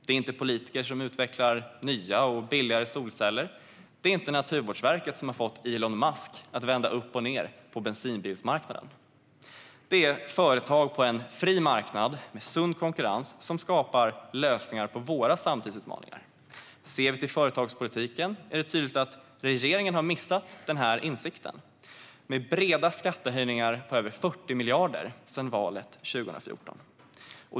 Det är inte politiker som utvecklar nya och billigare solceller. Det är inte Naturvårdsverket som har fått Elon Musk att vända upp och ned på bensinbilsmarknaden. Det är företag på en fri marknad med sund konkurrens som skapar lösningar på våra samtidsutmaningar. Ser vi till företagspolitiken är det tydligt att regeringen har missat denna insikt när man har genomfört breda skattehöjningar på över 40 miljarder sedan valet 2014.